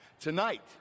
Tonight